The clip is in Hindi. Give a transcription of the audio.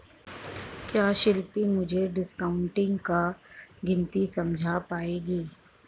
क्या शिल्पी मुझे डिस्काउंटिंग का गणित समझा पाएगी?